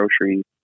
groceries